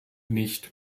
nicht